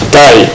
day